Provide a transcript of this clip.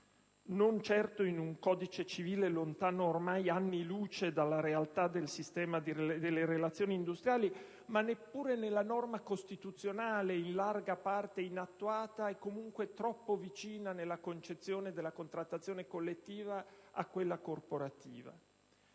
non certo in un codice civile lontano ormai anni luce dalla realtà del sistema delle relazioni industriali, ma neppure nella norma costituzionale, in larga parte inattuata, comunque troppo vicina, nella concezione della contrattazione collettiva a quella corporativa.